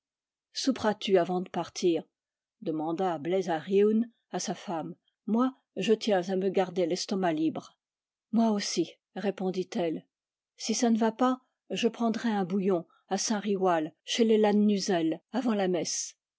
souperas tu avant de partir demanda bleiz ar yeun à sa femme moi je tiens à me garder l'estomac libre moi aussi répondit-elle si ça ne va pas je prendrai un bouillon à saint riwal chez les lannuzel avant la messe